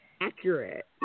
accurate